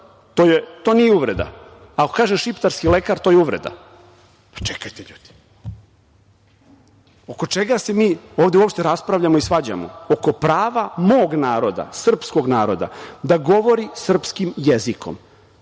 to nije uvreda, a ako kažem - šiptarski lekar, to je uvreda. Čekajte ljudi, oko čega se mi ovde uopšte raspravljamo i svađamo? Oko prava mog naroda, srpskog naroda da govori srpskim jezikom